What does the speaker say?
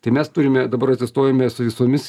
tai mes turime dabar atsistojome su visomis